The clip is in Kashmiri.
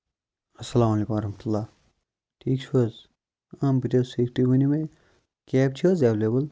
السلام علیکُم ورحمۃ اللہ ٹھیٖک چھِو حظ آ بہٕ تہِ حظ ٹھیٖک تُہۍ ؤنِو مےٚ کیب چھےٚ حظ ایٚولیبٕل